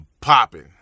popping